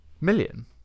Million